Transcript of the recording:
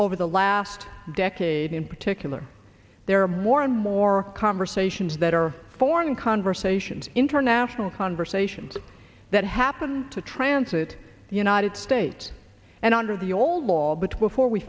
over the last decade in particular there are more and more conversations that are foreign conversations international conversations that happen to transit the united states and under the old law but